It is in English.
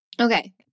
Okay